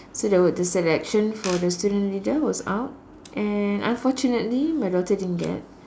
so there was the selection for the student leader was out and unfortunately my daughter didn't get